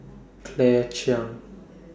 Claire Chiang